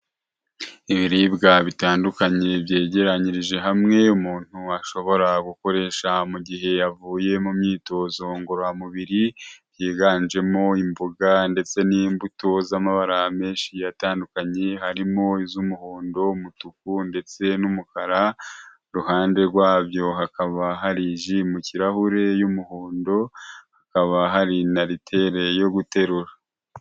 Ibiribwa bitandukanye byegeranyirije hamwe umuntu washobora gukoresha mu gihe yavuye mu myitozo ngororamubiri , higanjemo imboga ndetse n'imbuto z'amabara menshi atandukanye harimo iz'umuhondo umutuku ndetse n'umukara , iruhande rwabyo hakaba hari ji mu kirahure y'umuhondo hakaba hari nalitere yo guterura.